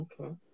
Okay